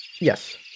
Yes